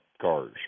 cars